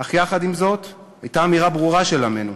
אך יחד עם זאת הייתה אמירה ברורה של עמנו,